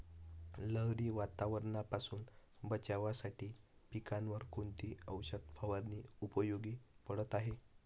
लहरी वातावरणापासून बचावासाठी पिकांवर कोणती औषध फवारणी उपयोगी पडत आहे?